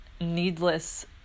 needless